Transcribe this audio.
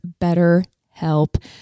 BetterHelp